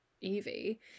Evie